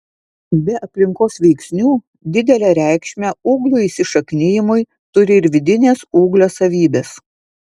be aplinkos veiksnių didelę reikšmę ūglių įsišaknijimui turi ir vidinės ūglio savybės